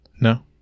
No